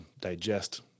digest